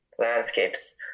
landscapes